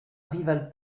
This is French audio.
rivale